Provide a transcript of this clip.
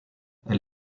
elle